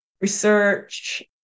research